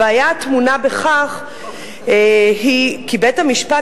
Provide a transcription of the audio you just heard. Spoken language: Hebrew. הבעיה הטמונה בכך היא שבית-המשפט,